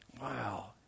Wow